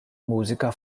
mużika